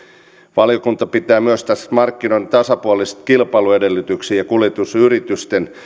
valiokunta pitää myös markkinoiden tasapuolisia kilpailuedellytyksiä ja kuljetusyritysten